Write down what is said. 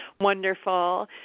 wonderful